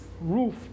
roof